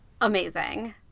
amazing